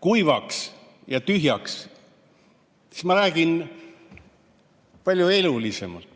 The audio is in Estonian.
kuivaks ja tühjaks, siis ma räägin palju elulisemalt.